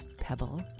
Pebble